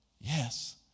yes